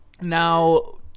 Now